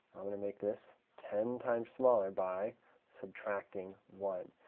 i'm going to make this ten times smaller by subtracting one.